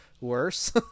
worse